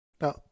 Now